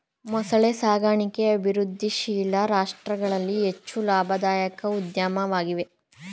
ಮೊಸಳೆ ಸಾಕಣಿಕೆ ಅಭಿವೃದ್ಧಿಶೀಲ ರಾಷ್ಟ್ರಗಳಲ್ಲಿ ಹೆಚ್ಚು ಲಾಭದಾಯಕ ಉದ್ಯಮವಾಗಿದೆ